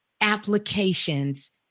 applications